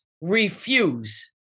refuse